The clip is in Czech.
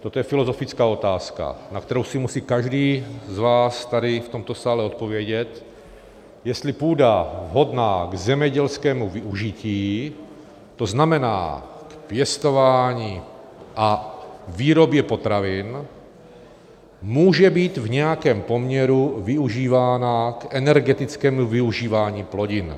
Toto je filozofická otázka, na kterou si musí každý z vás v tomto sále odpovědět, jestli půda vhodná k zemědělskému využití, to znamená k pěstování a k výrobě potravin, může být v nějakém poměru využívána k energetickému využívání plodin.